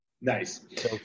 Nice